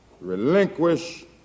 relinquish